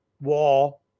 wall